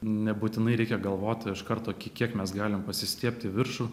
nebūtinai reikia galvoti iš karto kiek mes galim pasistiebti viršų